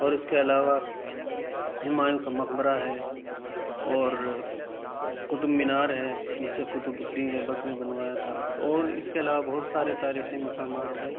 اور اس کے علاوہ ہمایوں کا مقبرہ ہے اور قطب مینار ہے جسے قطب الدین ایبک نے بنوایا تھا اور اس کے علاوہ بہت سارے تاریخی مقامات ہیں